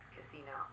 Casino